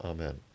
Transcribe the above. Amen